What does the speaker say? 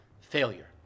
failure